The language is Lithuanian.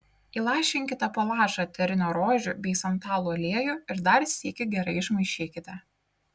įlašinkite po lašą eterinio rožių bei santalų aliejų ir dar sykį gerai išmaišykite